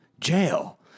jail